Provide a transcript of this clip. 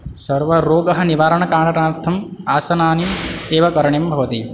सर्वरोगः निवारणकारणार्थम् आसनानि एव करणियं भवति